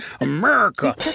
America